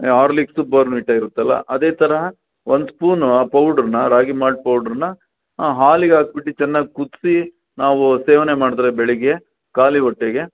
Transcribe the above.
Horlicks Bournvita ಇರುತ್ತಲ್ಲ ಅದೇ ಥರಾ ಒಂದು ಸ್ಪೂನು ಆ ಪ್ರೌಡ್ರುನ್ನ ರಾಗಿ ಮಾಲ್ಟ್ ಪೌಡ್ರುನ್ನ ಹಾಲಿಗೆ ಆಕ್ಬಿಟ್ಟು ಚೆನ್ನಾಗ್ ಕುದಿಸಿ ನಾವು ಸೇವನೆ ಮಾಡುದ್ರೆ ಬೆಳಗ್ಗೆ ಖಾಲಿ ಹೊಟ್ಟೆಗೆ